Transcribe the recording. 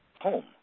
home